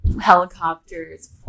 helicopters